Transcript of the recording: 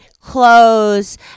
clothes